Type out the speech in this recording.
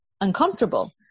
uncomfortable